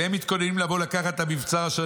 "והם מתכוננים לבוא ולקחת את המבצר אשר